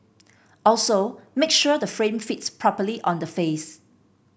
also make sure the frame fits properly on the face